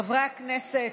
חברי הכנסת,